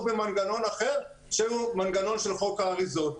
במנגנון אחר שהוא מנגנון של חוק האריזות.